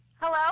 Hello